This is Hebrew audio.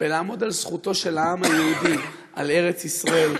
בלעמוד על זכותו של העם היהודי על ארץ-ישראל,